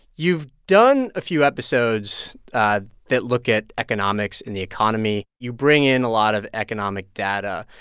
you've done a few episodes that look at economics and the economy. you bring in a lot of economic data.